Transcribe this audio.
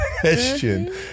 question